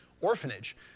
Orphanage